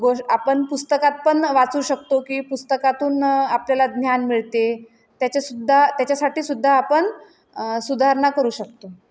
गोष्ट आपण पुस्तकात पण वाचू शकतो की पुस्तकातून आपल्याला ज्ञान मिळते त्याच्यासुद्धा त्याच्यासाठी सुद्धा आपण सुधारणा करू शकतो